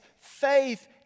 faith